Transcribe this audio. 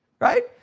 Right